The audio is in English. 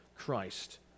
Christ